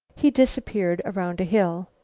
he disappeared around a hill.